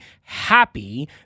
happy